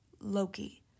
Loki